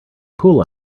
pool